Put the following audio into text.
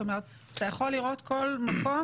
זאת אומרת אתה יכול לראות כל מקום,